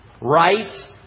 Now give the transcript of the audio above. right